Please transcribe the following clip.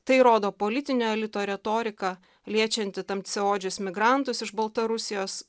tai rodo politinio elito retorika liečianti tamsiaodžius migrantus iš baltarusijos